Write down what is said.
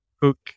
Cook